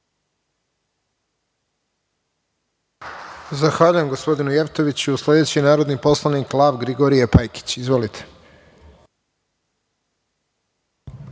Zahvaljujem, gospodinu Jevtoviću. Sledeći je narodni poslanik Lav-Grigorije Pajkić. Izvolite.